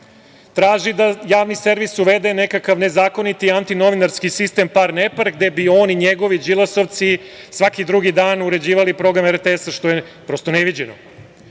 Traži da javni servis uvede nekakav zakoniti antinovinarski sistem par-nepar gde bi on i njegovi Đilasovci svaki drugi dan uređivali program RTS, što je prosto neviđeno. Đilas